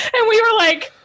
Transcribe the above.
and we were like,